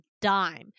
dime